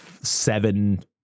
seven